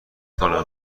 کنم